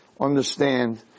understand